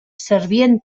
servien